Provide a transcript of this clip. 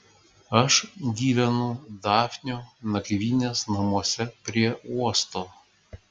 aš gyvenu dafnio nakvynės namuose prie uosto